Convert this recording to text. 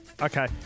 Okay